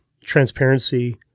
transparency